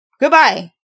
Goodbye